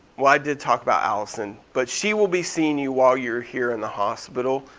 well i did talk about alison but she will be seeing you while you're here in the hospital,